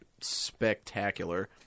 spectacular